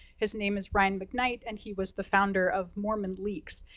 his name is ryan mcknight, and he was the founder of mormonleaks.